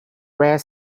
rear